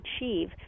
achieve